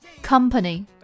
Company